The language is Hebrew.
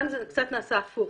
כאן זה קצת נעשה הפוך.